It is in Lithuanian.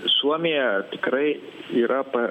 suomija tikrai yra pa